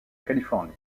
californie